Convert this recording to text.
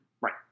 Right